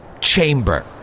chamber